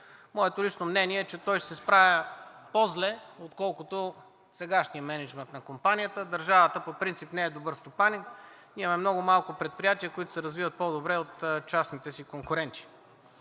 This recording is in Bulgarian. моето лично мнение е, че той ще се справя по-зле, отколкото сегашния мениджмънт на компанията – държавата по принцип не е добър стопанин, има много малко предприятия, които се развиват по-добре от частните си конкуренти.